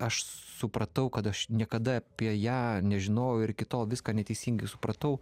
aš supratau kad aš niekada apie ją nežinojau ir iki tol viską neteisingai supratau